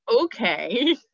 Okay